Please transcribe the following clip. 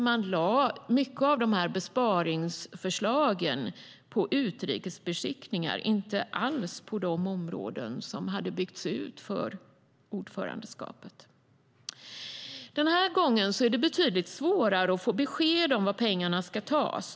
Mycket av besparingarna lade man på utrikesbeskickningar - inte alls på de områden som hade byggts ut för ordförandeskapet. Den här gången är det betydligt svårare att få besked om var pengarna ska tas.